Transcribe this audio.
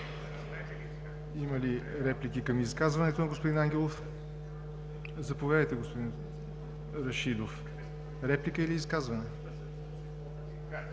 Има ли реплики към изказването на господин Ангелов? Заповядайте, господин Рашидов – имате думата за изказване.